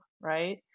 right